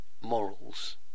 morals